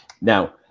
Now